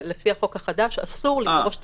לפי החוק החדש, אסור לדרוש תצהיר.